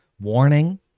warning